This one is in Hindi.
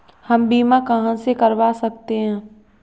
हम बीमा कहां से करवा सकते हैं?